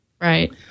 right